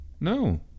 No